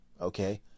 Okay